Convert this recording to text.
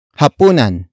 hapunan